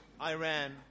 Iran